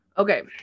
Okay